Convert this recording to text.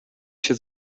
się